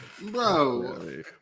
Bro